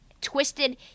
twisted